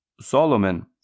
Solomon